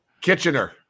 Kitchener